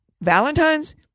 Valentine's